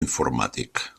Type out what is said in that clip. informàtic